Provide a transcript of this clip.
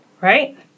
right